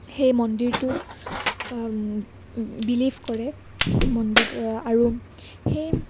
সেই মন্দিৰটো বিলিভ কৰে মন্দিৰটো আৰু সেই